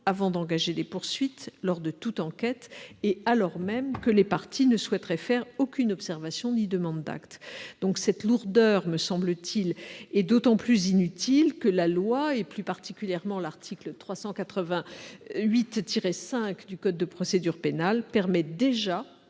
avant d'engager des poursuites lors de toute enquête, et ce alors même que les parties ne souhaiteraient faire aucune observation ou demande d'actes. Cette lourdeur est d'autant plus inutile, me semble-t-il, que la loi, plus particulièrement l'article 388-5 du code de procédure pénale, permet déjà